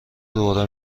دوره